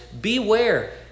beware